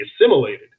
assimilated